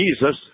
Jesus